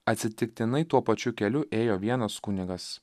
atsitiktinai tuo pačiu keliu ėjo vienas kunigas